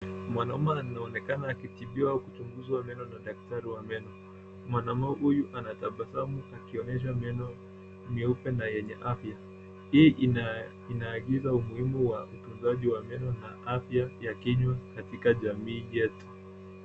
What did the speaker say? Mwanamme anaonekana akitibiwa au kuchunguzwa meno na daktari wa meno. Mwanamme huyu anatabasamu akionyesha meno meupe na yenye afya. Hii inaagiza umuhimu wa utunzaji wa meno na afya ya kinywa katika jamii yetu.